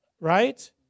right